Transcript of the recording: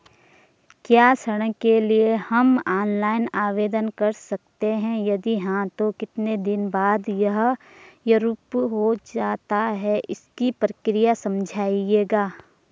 क्या ऋण के लिए हम ऑनलाइन आवेदन कर सकते हैं यदि हाँ तो कितने दिन बाद यह एप्रूव हो जाता है इसकी प्रक्रिया समझाइएगा?